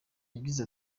yagize